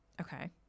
Okay